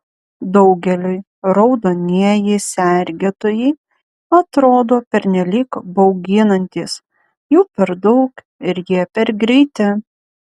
daugeliui raudonieji sergėtojai atrodo pernelyg bauginantys jų per daug ir jie per greiti